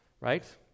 right